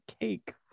cake